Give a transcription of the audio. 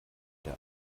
der